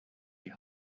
die